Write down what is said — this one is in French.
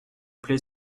plait